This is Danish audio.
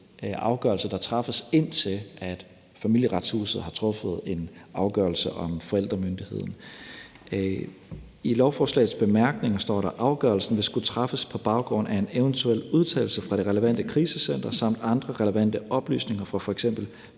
afgørelse, der træffes, indtil Familieretshuset har truffet en afgørelse om forældremyndigheden. I bemærkningerne til lovforslaget står der: »Afgørelsen vil skulle træffes på baggrund af en eventuel udtalelse fra det relevante krisecenter samt andre relevante oplysninger fra f.eks.